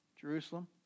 Jerusalem